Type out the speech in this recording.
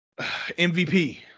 MVP